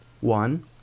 One